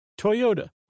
Toyota